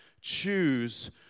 choose